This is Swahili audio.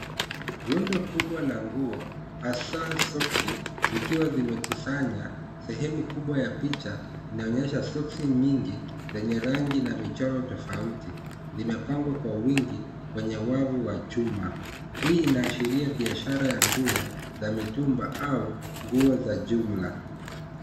Rundo kubwa la nguo hasaa soksi zikiwa zimekusanywa sehemu kubwa ya picha inaonyesha soksi nyingi zenye rangi na michoro uofauti zimepangwa kwa wingi kwenye wavu wa chuma, Hii inaashiria uuzaji wa nguo za mitumba au za jumla.